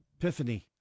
Epiphany